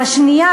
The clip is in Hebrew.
והשנייה,